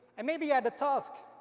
and maybe add a task,